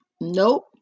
Nope